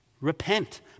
repent